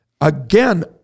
Again